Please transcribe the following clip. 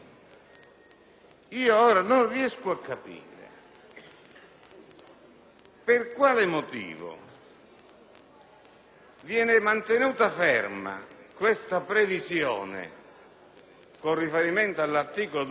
per quale motivo venga tenuta ferma questa previsione con riferimento all'articolo 235 e, invece, sia stata